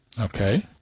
Okay